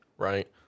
Right